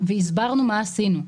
והסברנו מה עשינו.